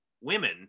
women